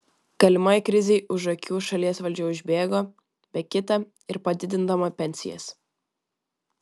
galimai krizei už akių šalies valdžia užbėgo be kita ir padidindama pensijas